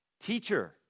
Teacher